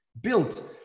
built